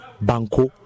Banco